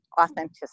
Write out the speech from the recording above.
authenticity